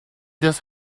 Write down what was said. this